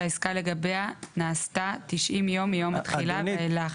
שהעסקה לגביה נעשתה 90 יום מיום התחילה ואילך.".